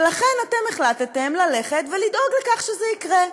ולכן החלטתם ללכת ולדאוג לכך שזה יקרה.